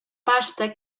pasta